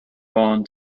born